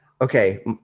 Okay